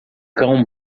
cão